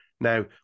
Now